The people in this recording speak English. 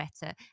better